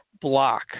block